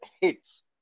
hits